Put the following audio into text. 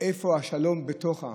איפה השלום בתוך העם?